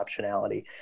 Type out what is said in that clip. optionality